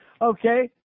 Okay